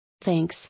Thanks